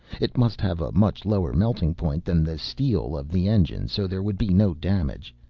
it must have a much lower melting point than the steel of the engine so there would be no damage.